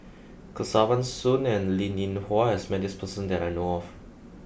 Kesavan Soon and Linn In Hua has met this person that I know of